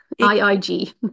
I-I-G